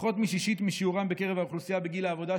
פחות משישית משיעורם בקרב האוכלוסייה בגיל העבודה,